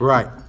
Right